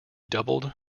doubled